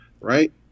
right